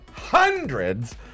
hundreds